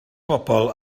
bobl